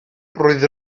roedd